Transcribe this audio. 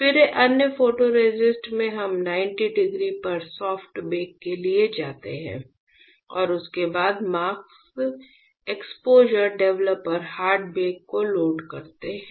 फिर अन्य फोटोरेसिस्ट में हम 90 डिग्री पर सॉफ्ट बेक के लिए जाते हैं और उसके बाद mask exposure developer hard bake को लोड करते हैं